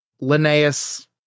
Linnaeus